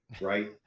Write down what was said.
Right